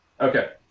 Okay